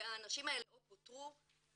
והאנשים האלה או פוטרו,